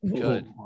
Good